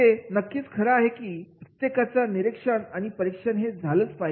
हे नक्कीच खरं आहे की प्रत्येकाचा निरीक्षण आणि परीक्षण हे झालंच पाहिजे